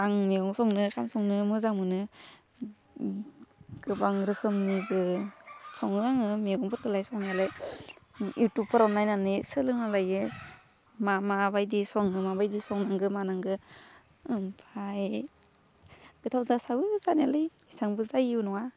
आं मेगं संनो ओंखाम संनो मोजां मोनो गोबां रोखोमनिबो सङो आङो मेगंफोरखौलाय संनायालाय इउटुबफ्राव नायनानै सोलोंना लायो मा मा बायदि सङो माबायदि संनांगौ मानांगौ ओमफ्राय गोथाव जासाबो जानायालाय एसांबो जायैबो नङा